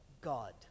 God